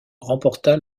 remporta